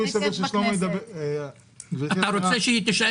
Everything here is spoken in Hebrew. ביו"ש, יש פה